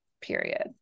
period